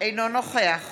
אינו נוכח